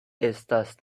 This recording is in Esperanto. estas